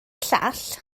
llall